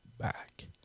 back